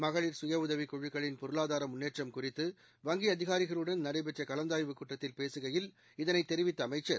மகளிர் சுயஉதவிக் குழுக்களின் பொருளாதாரமுன்னேற்றம் குறித்து வங்கிஅதிகாரிகளுடன் நடைபெற்றகலந்தாய்வுக் கூட்டத்தில் பேசுகையில் இதனைத் தெரிவித்தஅமைச்சர்